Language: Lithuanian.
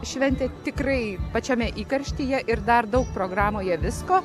šventė tikrai pačiame įkarštyje ir dar daug programoje visko